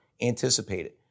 anticipated